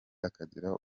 akagira